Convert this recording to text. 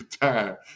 time